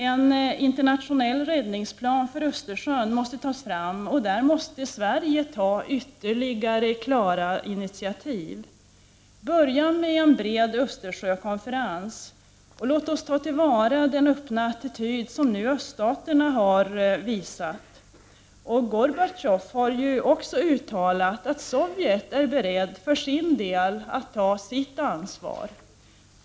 En internationell räddningsplan för Östersjön måste tas fram, och i detta sammanhang måste Sverige ta klara initiativ. Låt oss börja med en bred Östersjökonferens och ta till vara den öppna attityd som öststaterna nu har visat. Gorbatjov har också uttalat att man i Sovjet är beredd att för sin del ta sitt ansvar.